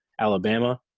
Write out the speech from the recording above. Alabama